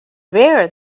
rare